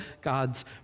God's